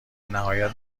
نهایت